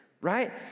right